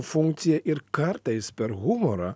funkciją ir kartais per humorą